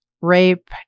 rape